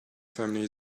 family